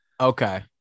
Okay